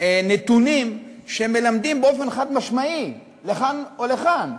נתונים שמלמדים באופן חד-משמעי לכאן או לכאן,